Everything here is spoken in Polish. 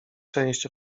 część